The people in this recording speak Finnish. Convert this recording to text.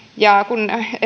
ja kun